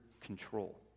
control